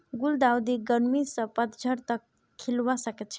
गुलदाउदी गर्मी स पतझड़ तक खिलवा सखछे